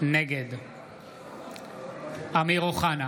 נגד אמיר אוחנה,